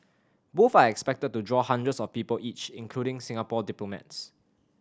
both are expected to draw hundreds of people each including Singapore diplomats